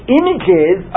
images